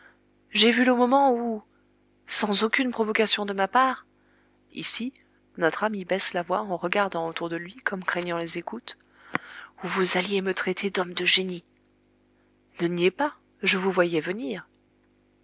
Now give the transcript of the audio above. j'ai vu le moment où sans aucune provocation de ma part ici notre ami baisse la voix en regardant autour de lui comme craignant les écoutes où vous alliez me traiter d homme de génie ne niez pas je vous voyais venir